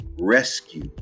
rescue